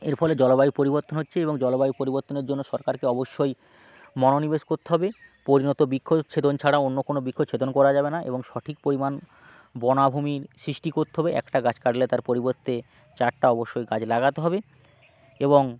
এর ফলে জলবায়ু পরিবর্তন হচ্ছে এবং জলবায়ু পরিবর্তনের জন্য সরকারকে অবশ্যই মনোনিবেশ করতে হবে পরিণত বৃক্ষচ্ছেদন ছাড়া অন্য কোনো বৃক্ষচ্ছেদন করা যাবে না এবং সঠিক পরিমাণ বনভূমি সৃষ্টি করতে হবে একটা গাছ কাটলে তার পরিবর্তে চারটা অবশ্যই গাছ লাগাতে হবে এবং